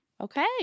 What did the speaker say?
okay